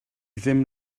ddim